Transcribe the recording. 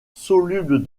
soluble